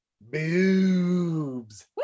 boobs